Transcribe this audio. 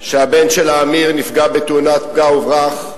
שהבן שלה אמיר נפגע בתאונת פגע וברח,